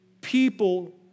people